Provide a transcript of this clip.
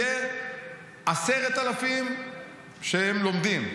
יהיו 10,000 שלומדים,